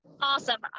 Awesome